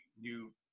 new